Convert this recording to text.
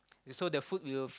so the food will